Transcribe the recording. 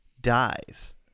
dies